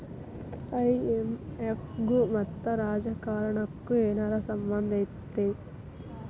IMF ಗು ಮತ್ತ ರಾಜಕಾರಣಕ್ಕು ಏನರ ಸಂಭಂದಿರ್ತೇತಿ?